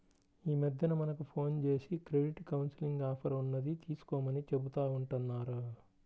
యీ మద్దెన మనకు ఫోన్ జేసి క్రెడిట్ కౌన్సిలింగ్ ఆఫర్ ఉన్నది తీసుకోమని చెబుతా ఉంటన్నారు